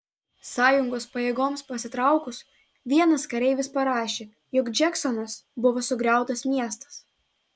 sąjungos pajėgoms pasitraukus vienas kareivis parašė jog džeksonas buvo sugriautas miestas